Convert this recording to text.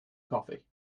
coffee